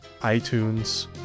iTunes